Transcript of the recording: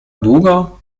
długo